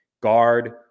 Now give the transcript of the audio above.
guard